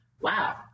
wow